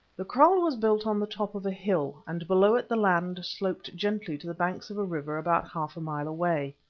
the kraal was built on the top of a hill, and below it the land sloped gently to the banks of a river about half mile away.